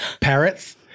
parrots